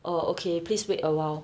oh okay please wait awhile